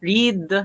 Read